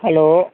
hello